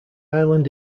island